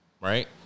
right